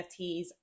NFTs